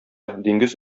диңгез